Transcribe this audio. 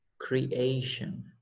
creation